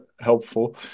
helpful